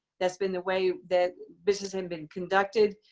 that's been the way that business had been conducted.